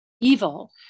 evil